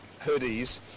hoodies